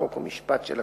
חוק ומשפט של הכנסת.